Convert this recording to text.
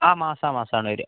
ആ മാസാ മാസാണ് വരുവാ